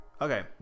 Okay